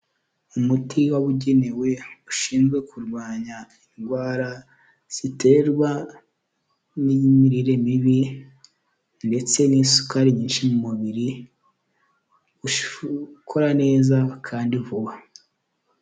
Umuti wabugenewe ushinzwe kurwanya indwara ziterwa n'imirire mibi ndetse n'isukari nyinshi mu mubiri ukora neza kandi vuba.